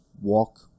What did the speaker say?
walk